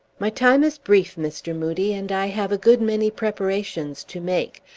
my time is brief, mr. moodie, and i have a good many preparations to make.